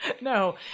No